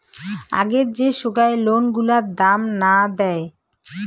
আগের যে সোগায় লোন গুলার দাম না দেয়